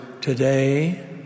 today